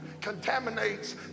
contaminates